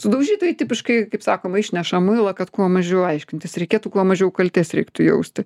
sudaužytojai tipiškai kaip sakoma išneša muilą kad kuo mažiau aiškintis reikėtų kuo mažiau kaltės reiktų jausti